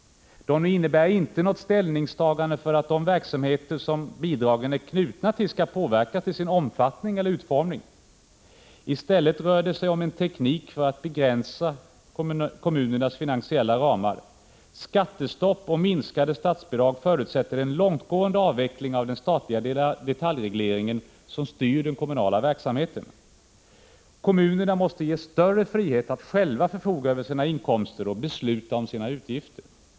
De innebär inte något ställningstagande för att de verksamheter som bidragen är knutna till skall påverkas till sin omfattning eller utformning. I stället rör det sig om en teknik för att begränsa kommunernas finasiella ramar. Skattestopp och minskade statsbidrag förutsätter en långtgående avveckling av den statliga detaljreglering som styr den kommunala verksamheten. Kommunerna måste ges större frihet att själva förfoga över sina inkomster och besluta om sina utgifter.